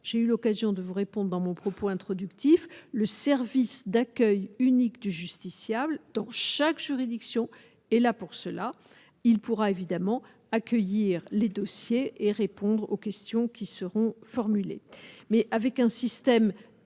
j'ai eu l'occasion de vous répondent dans mon propos introductif, le service d'accueil unique du justiciable dans chaque juridiction et là pour cela, il pourra évidemment accueillir les dossiers et répondre aux questions qui seront formulées mais avec un système